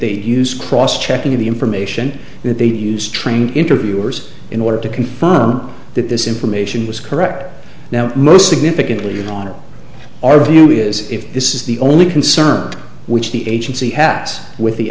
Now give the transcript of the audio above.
they use cross checking of the information that they use trained interviewers in order to confirm that this information was correct now most significantly longer our view is if this is the only concern which the agency hats with the